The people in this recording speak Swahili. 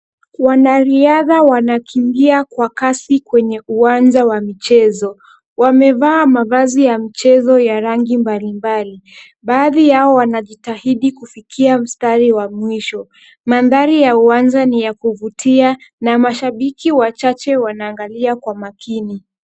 Wanariadha wanakimbia kwa kasi kwenye uwanja wa michezo. Wamevaa mavazi ya mchezo ya rangi mbalimbali. Baadhi yao wanajitahidi kufikia mstari wa mwisho. Mandhari ya uwanja ni ya kuvutia na mashabiki wachache wanaangalia kwa makini.